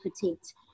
protect